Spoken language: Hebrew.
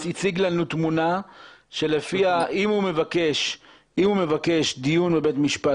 הציג לנו תמונה שלפיה אם הוא מבקש דיון בבית משפט